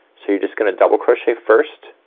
so you're just gonna double crochet first,